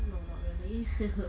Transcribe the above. no not really